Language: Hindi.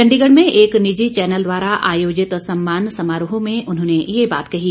चंडीगढ़ में एक निजी चैनल द्वारा आयोजित सम्मान समारोह में उन्होंने ये बात कही